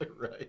Right